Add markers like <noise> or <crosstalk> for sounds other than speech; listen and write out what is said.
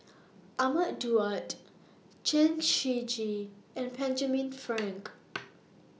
Ahmad Daud Chen Shiji and Benjamin Frank <noise>